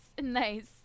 Nice